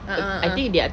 a'ah a'ah